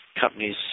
companies